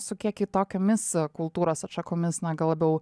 su kiek kitokiomis kultūros atšakomis na gal labiau